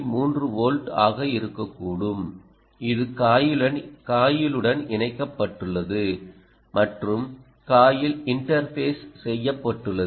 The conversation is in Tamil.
3 வோல்ட் ஆக இருக்கக்கூடும் இது காயிலுடன் இணைக்கப்பட்டுள்ளது மற்றும் காயில் இன்டர்ஃபேஸ் செய்யப்பட்டுள்ளது